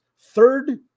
third